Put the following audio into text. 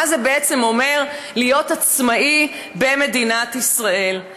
זה בעצם אומר להיות עצמאי במדינת ישראל.